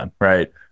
right